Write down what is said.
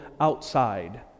outside